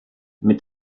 mit